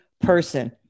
person